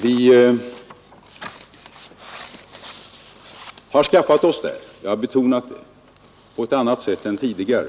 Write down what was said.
Vi har också skaffat oss — jag har betonat Måndagen den det — instrument för detta på ett annat sätt än tidigare.